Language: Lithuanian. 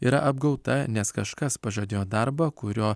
yra apgauta nes kažkas pažadėjo darbą kurio